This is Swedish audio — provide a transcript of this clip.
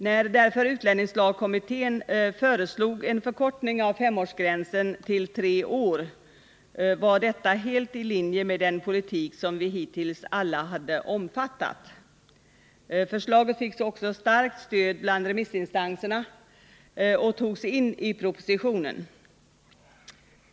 När därför utlänningslagkommittén föreslog en förkortning av femårsgränsen till tre år var detta helt i linje med den politik som vi hittills alla har omfattat. Förslaget fick också starkt stöd bland remissinstanserna och togs in i propositionen.